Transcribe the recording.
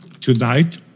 tonight